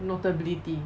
notability